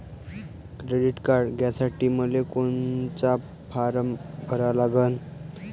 Credit card घ्यासाठी मले कोनचा फारम भरा लागन?